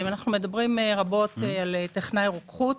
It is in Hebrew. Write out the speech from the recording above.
אנחנו מדברים רבות על טכנאי רוקחות.